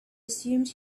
assumed